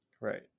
right